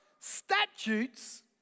Statutes